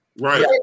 Right